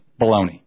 Baloney